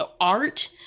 art